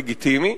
לגיטימי,